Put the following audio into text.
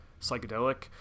psychedelic